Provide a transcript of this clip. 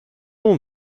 hon